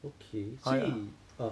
okay 所以 ah